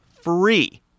free